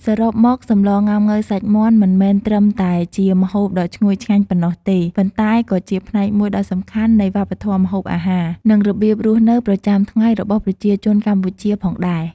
សរុបមក សម្លងុាំង៉ូវសាច់មាន់ មិនមែនត្រឹមតែជាម្ហូបដ៏ឈ្ងុយឆ្ងាញ់ប៉ុណ្ណោះទេ ប៉ុន្តែក៏ជាផ្នែកមួយដ៏សំខាន់នៃវប្បធម៌ម្ហូបអាហារ និងរបៀបរស់នៅប្រចាំថ្ងៃរបស់ប្រជាជនកម្ពុជាផងដែរ។